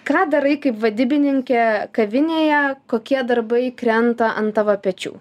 ką darai kaip vadybininkė kavinėje kokie darbai krenta ant tavo pečių